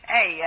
Hey